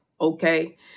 Okay